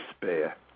despair